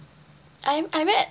I am I read